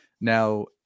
now